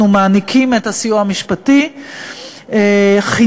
אנחנו מעניקים את הסיוע המשפטי חינם,